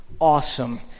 awesome